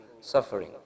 suffering